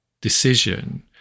decision